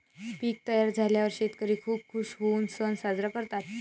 पीक तयार झाल्यावर शेतकरी खूप खूश होऊन सण साजरा करतात